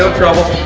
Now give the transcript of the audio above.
um trouble.